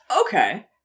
Okay